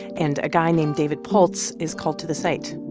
and a guy named david pultz is called to the site